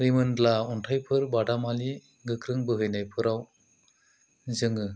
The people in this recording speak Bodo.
रिमोनला अन्थाइफोर बादामालि गोख्रों बोहैनायफ्राव जोङो